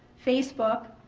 facebook,